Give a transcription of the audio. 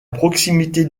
proximité